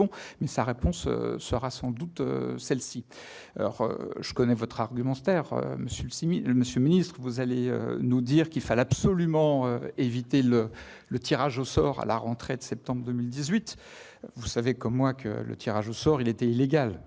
mais sa réponse sera sans doute celle-là. Je connais votre argumentaire, monsieur le secrétaire d'État, vous allez nous dire qu'il fallait absolument éviter le tirage au sort à la rentrée de septembre 2018. Vous savez, comme moi, que le tirage au sort était illégal